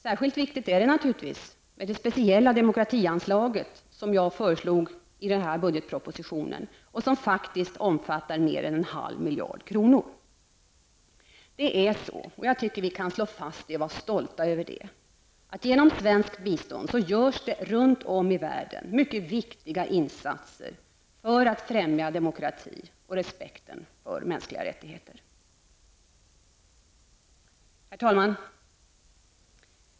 Särskilt viktigt är naturligtvis det speciella demokratianslaget, som jag föreslagit i budgetpropositionen och som faktiskt uppgår till över en halv miljard kronor. Vi kan slå fast och vara stolta över att genom svenskt bistånd görs det runt om i världen mycket viktiga insatser för att främja demokratin och respekten för mänskliga rättigheter. Herr talman!